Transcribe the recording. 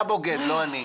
אתה בוגד, לא אני.